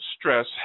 stress